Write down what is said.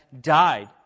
died